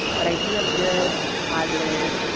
but i do have good, positive,